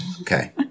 Okay